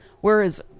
Whereas